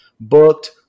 booked